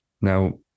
Now